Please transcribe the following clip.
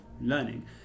learning